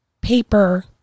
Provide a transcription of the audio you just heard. paper